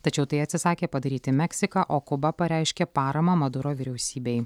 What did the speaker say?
tačiau tai atsisakė padaryti meksika o kuba pareiškė paramą maduro vyriausybei